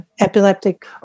Epileptic